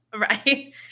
Right